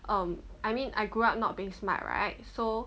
um I mean I grew up not being smart right so